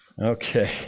Okay